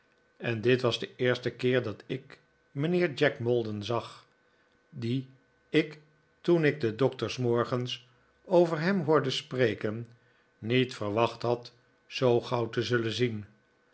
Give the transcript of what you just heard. en dit was de eerste keer dat ik mijnheer jack maldon zag dien ik toen ik den doctor s morgens over hem hoorde spreken niet verwacht had zoo gauw te zullen zien